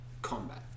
combat